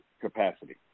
capacity